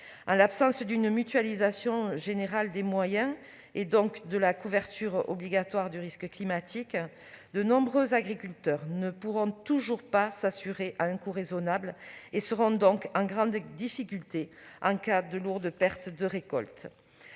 Faute d'une mutualisation générale des moyens, et donc d'une couverture obligatoire du risque climatique, de nombreux agriculteurs ne pourront toujours pas s'assurer à un coût raisonnable. Ils seront ainsi en grande difficulté en cas de lourdes pertes de récolte.